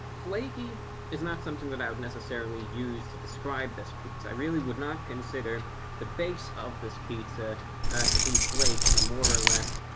flaky is not something that i would necessarily use to describe this pizza. i really would not consider the base of this pizza to be flaky, more or less.